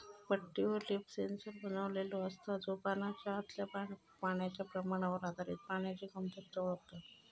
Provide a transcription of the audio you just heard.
पट्टीवर leaf sensor बसवलेलो असता, जो पानाच्या आतल्या पाण्याच्या प्रमाणावर आधारित पाण्याची कमतरता ओळखता